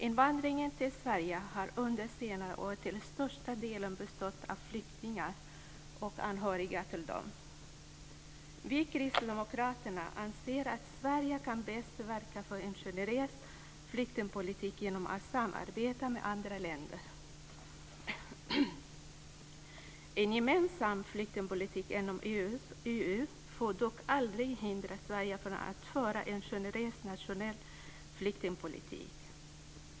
Invandringen till Sverige har under senare år till största delen bestått av flyktingar och anhöriga till dem. Vi kristdemokrater anser att Sverige bäst kan verka för en generös flyktingpolitik genom att samarbeta med andra länder. En gemensam flyktingpolitik inom EU får dock aldrig hindra Sverige från att föra en generös nationell flyktingpolitik.